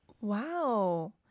Wow